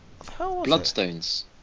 Bloodstones